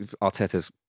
Arteta's